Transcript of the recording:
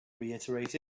reiterated